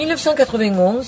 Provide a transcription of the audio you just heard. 1991